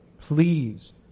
please